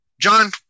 John